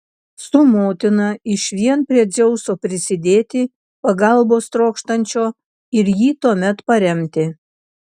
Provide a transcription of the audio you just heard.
su motina išvien prie dzeuso prisidėti pagalbos trokštančio ir jį tuomet paremti